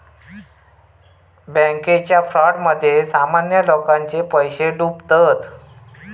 बॅन्केच्या फ्रॉडमध्ये सामान्य लोकांचे पैशे डुबतत